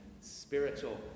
spiritual